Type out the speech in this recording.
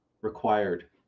required